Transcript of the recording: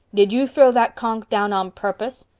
did you throw that conch down on purpose?